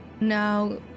Now